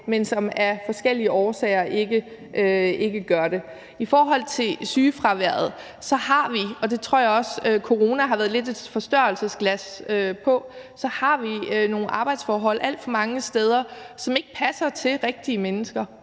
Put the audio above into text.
men som af forskellige årsager ikke gør det. I forhold til sygefraværet har vi, og det tror jeg også corona har været lidt et forstørrelsesglas for, nogle arbejdsforhold alt for mange steder, som ikke passer til rigtige mennesker,